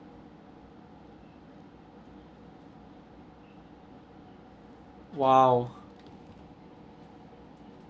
!wow!